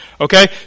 Okay